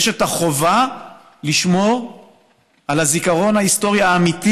יש החובה לשמור על הזיכרון ההיסטורי האמיתי